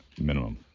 minimum